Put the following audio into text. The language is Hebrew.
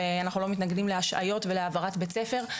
ואנחנו לא מתנגדים להשעיות ולהעברת בית ספר.